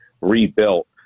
rebuilt